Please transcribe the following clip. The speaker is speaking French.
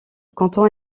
canton